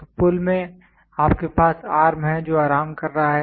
तो पुल में आपके पास आर्म है जो आराम कर रहा है